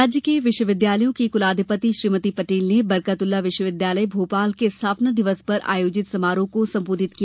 राज्य के विश्वविद्यालयों की कुलाधिपति श्रीमती पटेल ने बरकतउल्ला विश्वविद्यालय भोपाल के स्थापना दिवस पर आयोजित समारोह को संबोधित किया